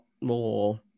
more